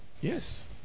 Yes